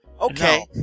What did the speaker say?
okay